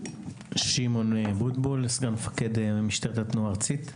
שמעון בוטבול, סגן מפקד משטרת התנועה הארצית.